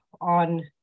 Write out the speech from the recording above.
on